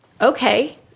okay